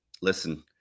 listen